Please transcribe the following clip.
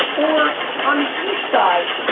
or on the east side?